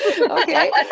Okay